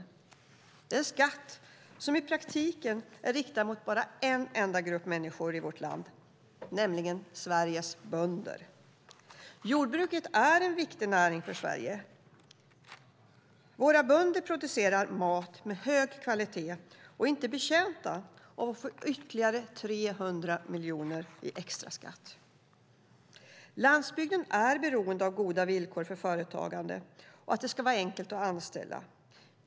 Det är en skatt som i praktiken är riktad mot bara en enda grupp människor i vårt land, nämligen Sveriges bönder. Jordbruket är en viktig näring för Sverige. Våra bönder producerar mat av hög kvalitet och är inte betjänta av att få ytterligare 300 miljoner i extra skatt. Landsbygden är beroende av goda villkor för företagande och att det ska vara enkelt att anställa.